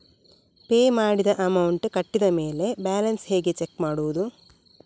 Pay ಮಾಡಿದ amount ಕಟ್ಟಿದ ಮೇಲೆ ಬ್ಯಾಲೆನ್ಸ್ ಹೇಗೆ ಚೆಕ್ ಮಾಡುವುದು?